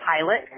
pilot